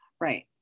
Right